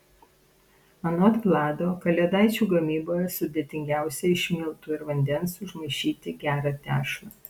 anot vlado kalėdaičių gamyboje sudėtingiausia iš miltų ir vandens užmaišyti gerą tešlą